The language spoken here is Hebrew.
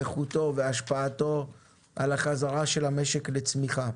איכותו והשפעתו על החזרה של המשק לצמיחה.